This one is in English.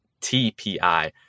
TPI